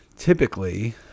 Typically